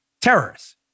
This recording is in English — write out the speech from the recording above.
terrorists